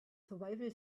survival